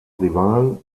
rivalen